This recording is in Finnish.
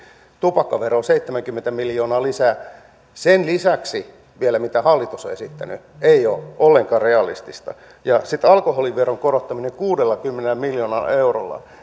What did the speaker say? tupakkaveroon seitsemänkymmentä miljoonaa lisää sen lisäksi vielä mitä hallitus on esittänyt se ei ole ollenkaan realistista ja sitten alkoholiveron korottaminen kuudellakymmenellä miljoonalla eurolla